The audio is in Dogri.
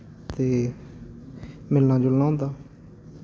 ते मिलना जुलना होंदा